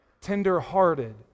tender-hearted